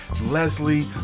Leslie